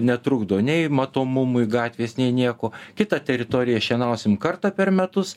netrukdo nei matomumui gatvės nei nieko kitą teritoriją šienausim kartą per metus